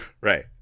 Right